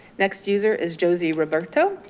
next user is josie roberto.